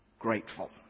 Grateful